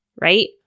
right